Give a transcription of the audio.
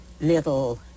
little